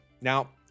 Now